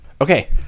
Okay